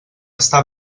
està